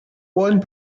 one